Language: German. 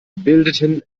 bildeten